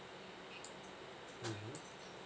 mmhmm